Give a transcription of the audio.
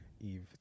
eve